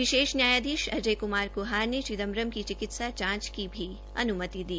विशेष न्यायाधीश अजय कुमार कुहार ने चिदम्बरम की चिक्तिसा जांच की भी अनुमति दी